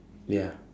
ya